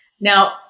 Now